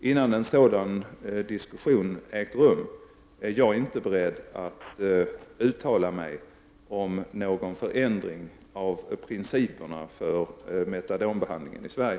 Innan en sådan diskussion ägt rum är jag inte beredd att uttala mig om någon förändring av principerna för metadonbehandlingen i Sverige.